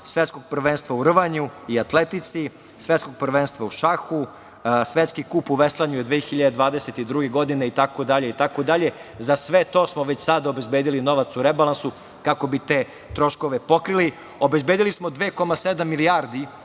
svetskog prvenstva u rvanju i atletici, svetskog prvenstva u šahu, svetski kup u veslanju je 2022. godine, itd, itd.Za sve to smo već sada obezbedili novac u rebalansu, kako bi te troškove pokrili, obezbedili smo 2,7 milijardi